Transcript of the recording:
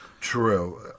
True